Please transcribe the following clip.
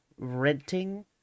renting